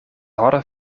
hadden